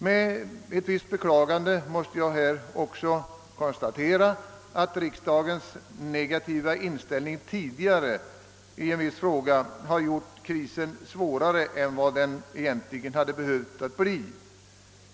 Med ett visst beklagande måste man konstatera, att riksdagens negativa inställning tidigare i en viss fråga har gjort krisen svårare än den egentligen hade behövt bli.